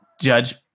judge